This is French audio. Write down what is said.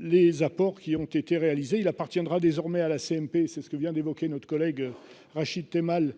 Les accords qui ont été réalisés il appartiendra désormais à la CMP, c'est ce que vient d'évoquer notre collègue Rachid Temal